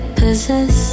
possess